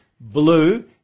Blue